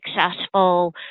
successful